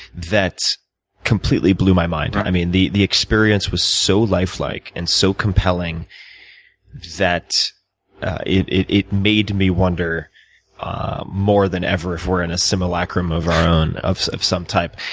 that completely blew my mind. i mean, the the experience was so lifelike and so compelling that it it made me wonder more than ever if we're in a simulacrum of our own of of some type.